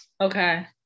Okay